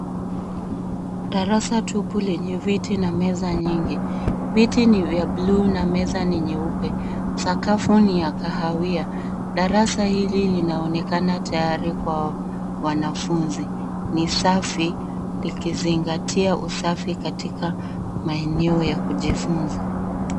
Darasa tupu lenye viti na meza nyingi. Viti ni vya bluu na meza ni nyeupe. Sakafu ni ya kahawia. Darasa hili linaonekana tayari kwa wanafunzi. Ni safi likizingatia usafi katika maeneo ya kujifunza.